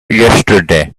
yesterday